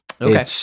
Okay